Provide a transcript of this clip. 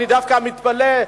אני דווקא מתפלא,